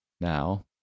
now